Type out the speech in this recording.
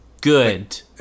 good